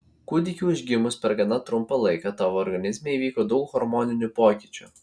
kūdikiui užgimus per gana trumpą laiką tavo organizme įvyko daug hormoninių pokyčių